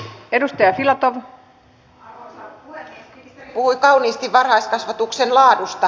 ministeri puhui kauniisti varhaiskasvatuksen laadusta